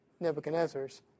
nebuchadnezzar's